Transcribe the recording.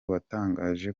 watangaje